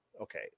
okay